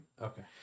Okay